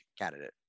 candidate